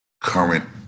current